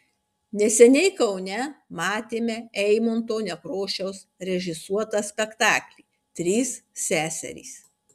neseniai kaune matėme eimunto nekrošiaus režisuotą spektaklį trys seserys